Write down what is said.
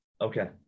okay